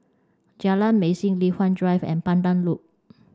Jalan Mesin Li Hwan Drive and Pandan Loop